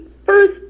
first